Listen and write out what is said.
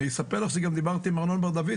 אני גם אספר לך שדיברתי עם ארנון בר-דוד,